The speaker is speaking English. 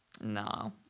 No